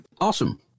awesome